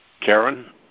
Karen